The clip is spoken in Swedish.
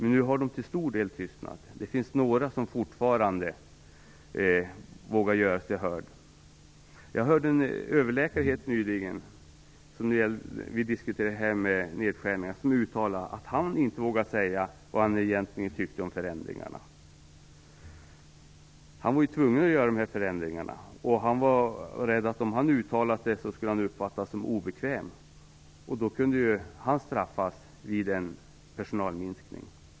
Nu har den till stor del tystnat. Det finns några som fortfarande vågar göra sig hörda. Jag hörde en överläkare nyligen diskutera detta med nedskärningar. Han uttalade att han inte vågade säga vad han egentligen tyckte om förändringarna. Han var ju tvungen att genomföra dem, men han var rädd att uppfattas som obekväm om han uttalade sig. Då kunde han straffas vid en personalminskning.